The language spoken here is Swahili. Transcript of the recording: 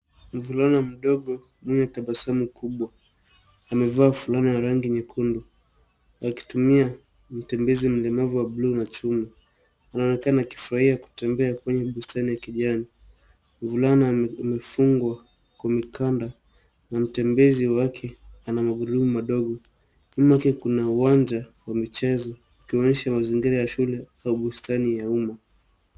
Mvulana mdogo mwenye tabasamu kubwa. Amevaa fulana ya rangi nyekundu, na akitumia mtembezi mlemavu wa blue na chuma. Anaonekana akifurahia kutembea kwenye bustani ya kijani. Mvulana amefungwa kwa mikanda na mtembezi wake ana magurudumu madogo. Nyuma yake kuna uwanja wa michezo, ukionyesha mazingira ya shule au bustani ya umma.